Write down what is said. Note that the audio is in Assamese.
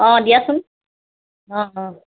অঁ দিয়াচোন অঁ অঁ